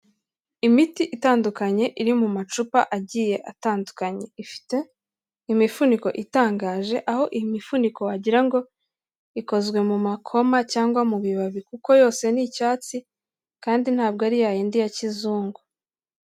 Imiti itandukanye iri mu macupa agiye atandukanye, ifite imifuniko itangaje aho imifuniko wagirango ikozwe mu makoma cyangwa mu bibabi kuko yose ni icyatsi kandi ntabwo ari ya yindi ya kizungu.